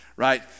Right